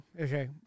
okay